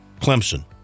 Clemson